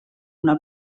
una